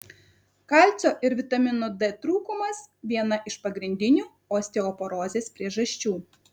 kalcio ir vitamino d trūkumas viena iš pagrindinių osteoporozės priežasčių